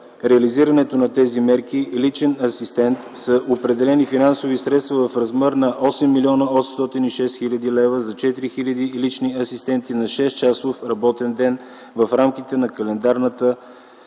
реализирането на тези мерки – „личен асистент”, са определени финансови средства в размер на 8 млн. 806 хил. лв. за 4000 лични асистенти на 6-часов работен ден в рамките на календарната година.